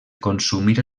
consumir